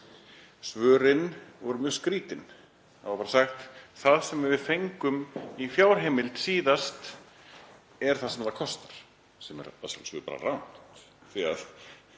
Svörin voru mjög skrýtin. Það var bara sagt: Það sem við fengum í fjárheimild síðast er það sem það kostar,